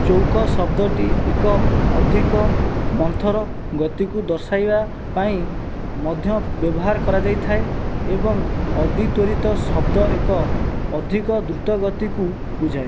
ଚୌକ ଶବ୍ଦଟି ଏକ ଅଧିକ ମନ୍ଥର ଗତିକୁ ଦର୍ଶାଇବା ପାଇଁ ମଧ୍ୟ ବ୍ୟବହାର କରାଯାଇଥାଏ ଏବଂ ଅଦିତ୍ଵରିତ ଶବ୍ଦ ଏକ ଅଧିକ ଦ୍ରୁତ ଗତିକୁ ବୁଝାଏ